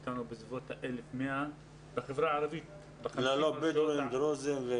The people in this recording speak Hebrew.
יש לנו בסביבות 1,100. ללא הדרוזים.